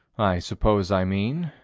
i suppose i mean.